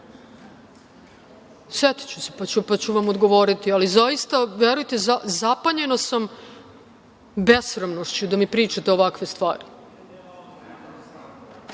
setiću se pa ću vam odgovoriti, ali zaista verujte zapanjena sam, besramnošću da mi pričate ovakve stvari.